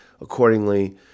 accordingly